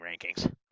rankings